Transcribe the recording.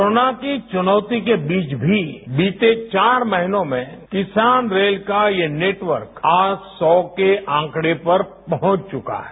corona की चुनौती के बीच मी बीतें चार महीनों में किसान रेल का यह नेटवर्क आज सौ के आंकड़ें पर पहुंच चुका है